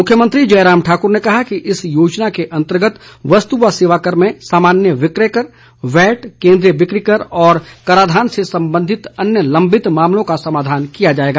मुख्यमंत्री जयराम ठाकुर ने कहा कि इस योजना के अंतर्गत वस्तु व सेवाकर में सामान्य विक्रय कर वैट केंद्रीय बिक्री कर और कराधान से संबंधित अन्य लंबित मामलों का समाधान किया जाएगा